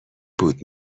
بود